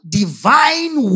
divine